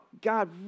God